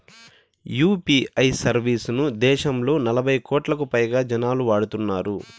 UPI service ను దేశంలో నలభై కోట్లకు పైగా జనాలు వాడుతున్నారు